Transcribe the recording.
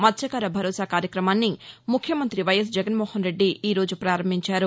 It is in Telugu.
మత్స్తకార భరోసా కార్యక్రమాన్ని ముఖ్యమంతి వైఎస్ జగన్మోహన్ రెడ్డి ఈరోజు ప్రారంభించారు